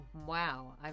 wow